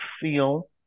feel